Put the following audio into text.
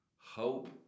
Hope